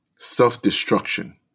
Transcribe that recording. Self-destruction